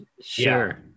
Sure